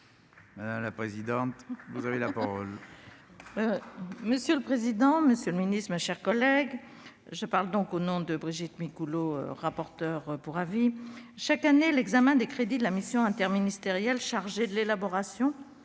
de la commission des affaires sociales. Monsieur le président, monsieur le ministre, mes chers collègues, je m'exprime donc au nom de Brigitte Micouleau, rapporteure pour avis. Chaque année, l'examen des crédits de la Mission interministérielle chargée de l'élaboration